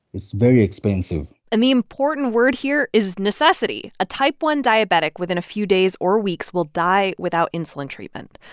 it's very expensive and the important word here is necessity. a type one diabetic within a few days or weeks will die without insulin treatment,